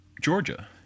Georgia